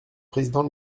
président